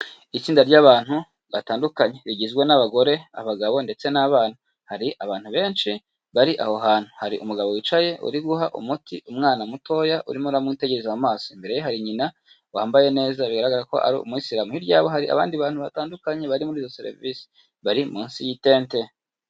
Itsinda ry'abantu batandukanye rigizwe n'abagore, abagabo ndetse n'abana. Hari abantu benshi bari aho hantu. Hari umugabo wicaye uri guha umuti umwana mutoya urimo aramwitegereza mu amaso, imbere hari nyina wambaye neza bigaragara ko ari umuyisiramu, hirya yabo hari abandi bantu batandukanye bari muri izo serivisi bari munsi y'itente.